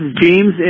James